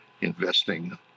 investing